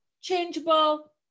changeable